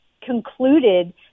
concluded